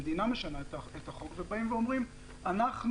המדינה משנה את החוק באים ואומרים: אנחנו